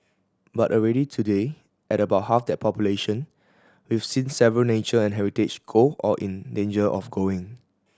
but already today at about half that population we've seen several nature and heritage go or in danger of going